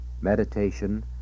meditation